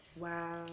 Wow